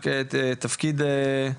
רק תציג לנו בבקשה את התפקיד שלך לפרוטוקול.